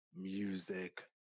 music